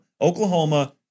Oklahoma